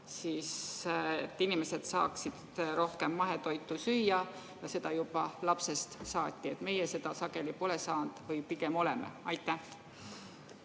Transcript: et inimesed saaksid rohkem mahetoitu süüa ja seda juba lapsest saati? Meie seda sageli pole saanud või pigem oleme. Oi,